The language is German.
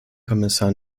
kommissar